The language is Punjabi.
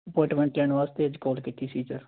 ਅਪੋਇੰਟਮੈਂਟ ਲੈਣ ਵਾਸਤੇ ਅੱਜ ਕਾਲ ਕੀਤੀ ਸੀ ਸਰ